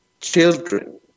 children